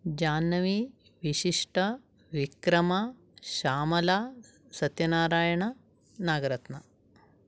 Jahnavi Vishishta Vikram Shyamala Satyanarayana Nagarathna